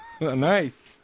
Nice